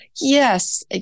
Yes